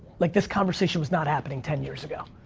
like, this conversation was not happening ten years ago.